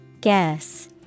Guess